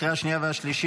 לקריאה השנייה והשלישית.